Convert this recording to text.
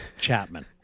Chapman